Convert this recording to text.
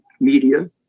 media